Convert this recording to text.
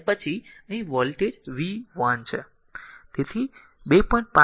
અને પછી અહીં વોલ્ટેજ r v 1 છે અને 2